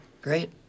Great